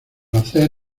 hacer